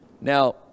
Now